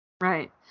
Right